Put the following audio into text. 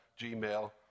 Gmail